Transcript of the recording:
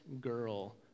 girl